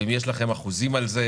והאם יש לכם אחוזים על זה,